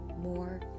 more